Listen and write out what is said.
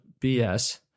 BS